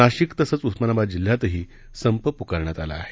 नाशिक तसंच उस्मानाबाद जिल्ह्यातही संप पुकारण्यात आला आहे